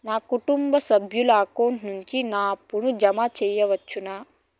నా కుటుంబ సభ్యుల అకౌంట్ నుండి నా అప్పును జామ సెయవచ్చునా?